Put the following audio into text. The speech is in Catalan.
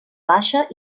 baixa